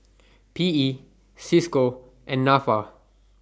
P E CISCO and Nafa